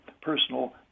personal